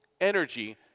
energy